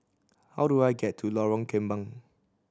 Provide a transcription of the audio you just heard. how do I get to Lorong Kembang